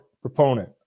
proponent